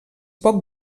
poc